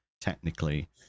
technically